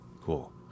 cool